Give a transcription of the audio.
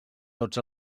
tots